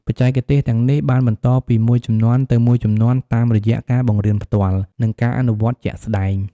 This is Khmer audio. បច្ចេកទេសទាំងនេះបានបន្តពីមួយជំនាន់ទៅមួយជំនាន់តាមរយៈការបង្រៀនផ្ទាល់ និងការអនុវត្តជាក់ស្តែង។